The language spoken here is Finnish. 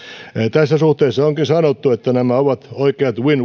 tässä suhteessa onkin sanottu että nämä ovat oikeat win